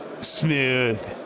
smooth